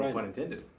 um pun intended.